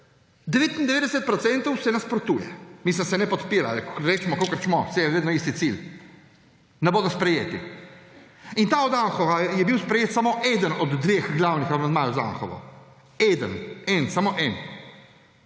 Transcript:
se nasprotuje. Mislim, se ne podpira, rečemo, kot hočemo, saj je vedno isti cilj. Ne bodo sprejeti. In ta od Anhova je bil sprejet samo eden od dveh glavnih amandmajev za Anhovo. Eden, samo en!